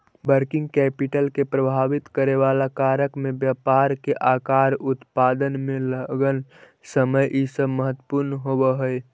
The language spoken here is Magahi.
वर्किंग कैपिटल के प्रभावित करेवाला कारक में व्यापार के आकार, उत्पादन में लगल समय इ सब महत्वपूर्ण होव हई